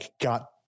got